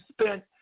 spent